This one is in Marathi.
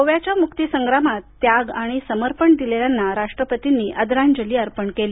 गोव्याच्या मुक्तिसंग्रामात त्याग आणि समर्पण दिलेल्यांना राष्ट्रपतींनी आदरांजली अर्पण केली